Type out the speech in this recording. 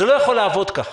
זה לא יכול לעבוד ככה.